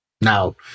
now